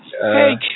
Hey